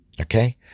Okay